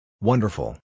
Wonderful